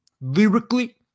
lyrically